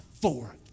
four